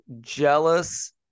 jealous